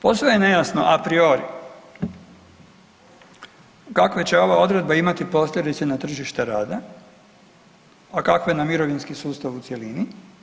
Postaje nejasno a priori kakve će ova odredba imati posljedice na tržište rada, a kakve na mirovinski sustav u cjelini.